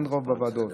אין רוב בוועדות,